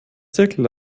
zirkel